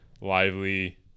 lively